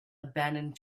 abandoned